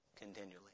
Continually